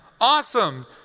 awesome